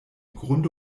grunde